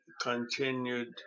continued